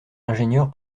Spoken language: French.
ingénieur